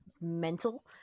mental